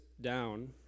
down